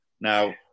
Now